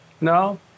No